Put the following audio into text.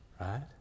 right